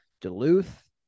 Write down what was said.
Duluth